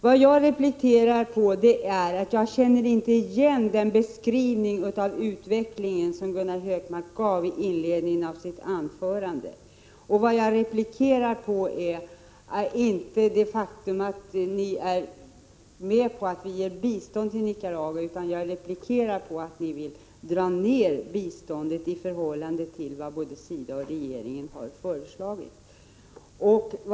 Vad jag replikerar på är att jag inte känner igen den beskrivning av utvecklingen som Gunnar Hökmark gav i inledningen av sitt anförande. Vad jag replikerar på är inte det faktum att ni är med på att vi ger bistånd till Nicaragua utan att ni vill dra ned biståndet i förhållande till vad både SIDA och regeringen har föreslagit.